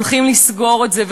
הולכים לסגור את זה.